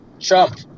Trump